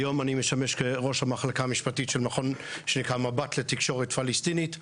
היום אני משמש כראש המחלקה המשפטית של מכון שנקרא מבט לתקשורת פלסטינית.